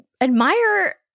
admire